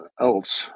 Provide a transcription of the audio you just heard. else